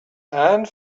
and